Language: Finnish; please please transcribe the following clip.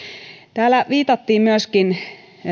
täällä viitattiin myöskin